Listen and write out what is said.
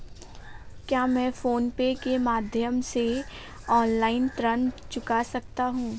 क्या मैं PhonePe के माध्यम से ऑनलाइन ऋण चुका सकता हूँ?